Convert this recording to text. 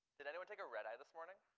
did anyone take a red eye this morning?